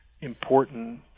important